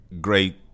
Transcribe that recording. great